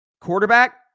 Quarterback